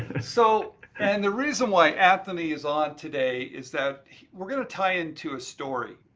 so and the reason why anthony is on today is that we're gonna tie in to story.